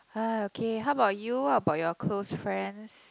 uh okay how about you what about your close friends